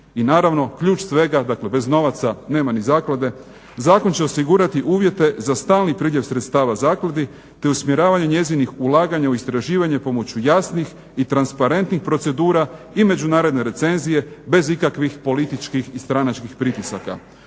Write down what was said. I naravno ključ svega, dakle bez novaca nema ni zaklade. Zakon će osigurati uvijete za stalni priljev sredstava zakladi te usmjeravanje njezinih ulaganja u istraživanje pomoću jasnih i transparentnih procedura i međunarodne recenzije bez ikakvih političkih i stranačkih pritisaka.